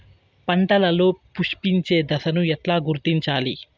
పంటలలో పుష్పించే దశను ఎట్లా గుర్తించాలి?